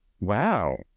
Wow